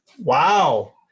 Wow